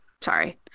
sorry